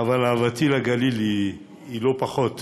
אבל אהבתי לגליל לא פחות גדולה.